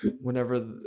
whenever